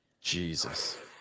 Jesus